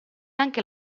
anche